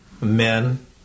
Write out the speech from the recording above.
men